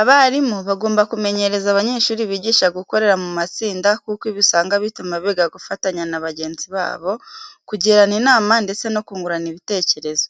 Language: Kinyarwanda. Abarimu bagomba kumenyereza abanyeshuri bigisha gukorera mu matsinda kuko ibi usanga bituma biga gufatanya na bagenzi babo, kugirana inama ndetse no kungurana ibitekerezo.